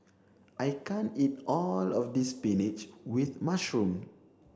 I can't eat all of this spinach with mushroom